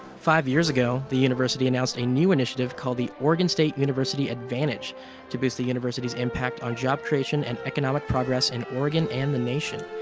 five years ago, the university announced a new initiative called the oregon state university advantage to boost the university's impact on job creation and economic progress in oregon and the nation,